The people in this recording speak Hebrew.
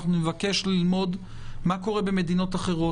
אנחנו נבקש ללמוד מה קורה במדינות אחרות,